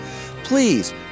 Please